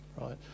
Right